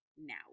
now